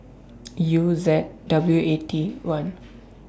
U Z W A T one